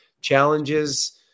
challenges